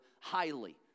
highly